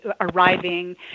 arriving